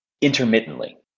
Intermittently